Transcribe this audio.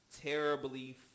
terribly